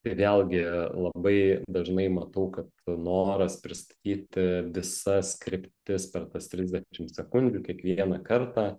tai vėlgi labai dažnai matau kad noras pristatyti visas kryptis per tas trisdešim sekundžių kiekvieną kartą